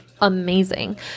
amazing